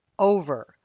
Over